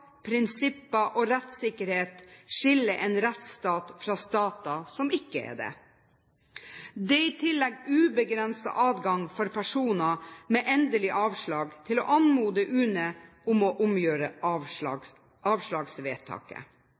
prinsipper og rettssikkerhet skiller en rettsstat fra stater som ikke er det. Det er i tillegg ubegrenset adgang for personer med endelig avslag til å anmode UNE om å omgjøre avslagsvedtaket.